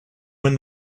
when